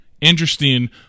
interesting